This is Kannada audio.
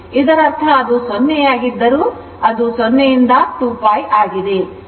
ಇದರರ್ಥ ಅದು 0 ಆಗಿದ್ದರೂ ಅದು 0 ಅದು 2π ಆಗಿದೆ